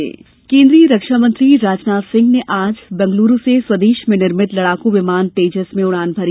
रक्षामंत्री केन्द्रीय रक्षामंत्री राजनाथ सिंह ने आज बंगलूरू से स्वदेश में निर्मित लड़ाकू विमान तेजस में उड़ान भरी